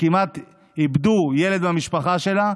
שכמעט איבדו ילד מהמשפחה שלה,